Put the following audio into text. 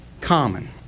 common